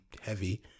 heavy